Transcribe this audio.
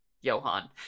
Johan